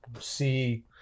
see